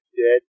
dead